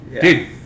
Dude